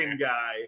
guy